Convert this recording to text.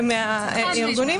אחד הארגונים